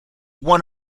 one